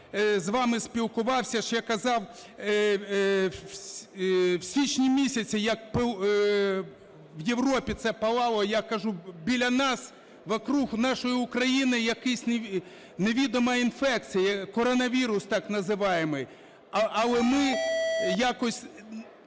з вами спілкувався, що я казав, в січні місяці як в Європі це палало, я кажу біля нас, вокруг нашої України якась невідома інфекція, коронавірус так називаємий. Але ми якось